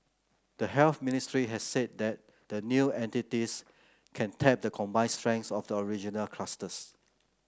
the Health Ministry has said that the new entities can tap the combined strengths of the original clusters